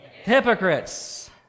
hypocrites